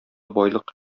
байлык